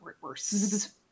worse